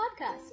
Podcast